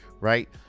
right